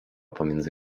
pomiędzy